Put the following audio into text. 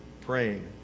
praying